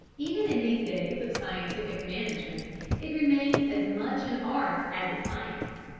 even in these days of scientific management it remains as much an art as a science.